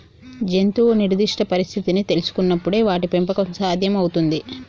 జంతువు నిర్దిష్ట పరిస్థితిని తెల్సుకునపుడే వాటి పెంపకం సాధ్యం అవుతుంది